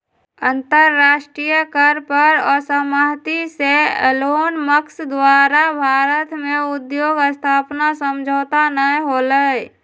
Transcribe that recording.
अंतरराष्ट्रीय कर पर असहमति से एलोनमस्क द्वारा भारत में उद्योग स्थापना समझौता न होलय